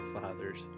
fathers